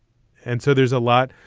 and so there's a lot,